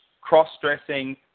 cross-dressing